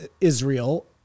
Israel